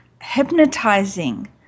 hypnotizing